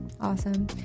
Awesome